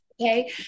Okay